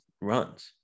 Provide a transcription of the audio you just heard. runs